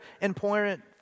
important